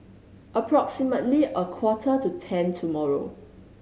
approximately a quarter to ten tomorrow